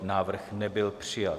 Návrh nebyl přijat.